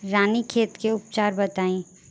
रानीखेत के उपचार बताई?